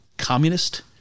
Communist